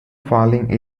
falling